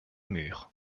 murs